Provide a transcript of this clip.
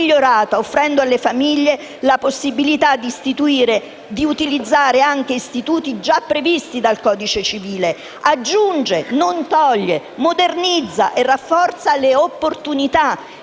migliorata, offrendo alle famiglie la possibilità di utilizzare anche istituti già previsti dal codice civile. Aggiunge, non toglie. Modernizza e rafforza le opportunità.